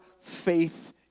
faith